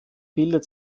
bildet